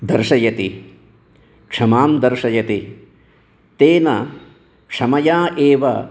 दर्शयति क्षमां दर्शयति तेन क्षमया एव